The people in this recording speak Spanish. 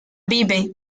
vive